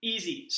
Easy